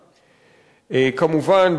כמובן,